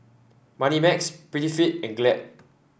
Moneymax Prettyfit and Glad